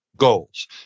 goals